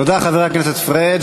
תודה, חבר הכנסת פריג'.